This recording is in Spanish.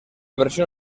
versión